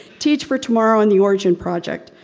teach for tomorrow and the origin project.